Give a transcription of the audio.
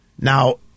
Now